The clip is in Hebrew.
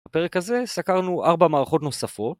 בפרק הזה סקרנו 4 מערכות נוספות